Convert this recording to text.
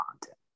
content